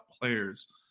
players